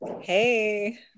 Hey